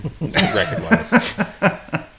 record-wise